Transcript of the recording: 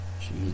Jesus